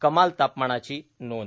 कमाल तापमानाची नोंद